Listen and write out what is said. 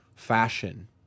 Fashion